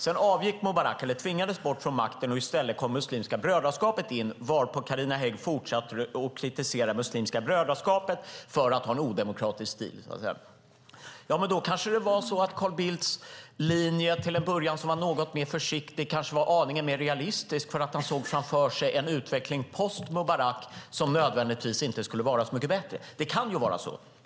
Sedan tvingades Mubarak bort från makten, och i stället kom Muslimska brödraskapet in. Då fortsatte Carina Hägg med att kritisera Muslimska brödraskapet för att ha en odemokratisk stil. Ja, men då kanske det var så att Carl Bildts linje till en början, som var något mer försiktig, var aningen mer realistisk, därför att han såg framför sig en utveckling post-Mubarak som inte nödvändigtvis skulle vara så mycket bättre. Det kan vara så.